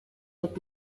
ati